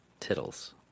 Tittles